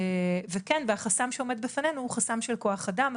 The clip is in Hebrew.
וכן החסם שעומד בפנינו הוא חסם של כוח אדם,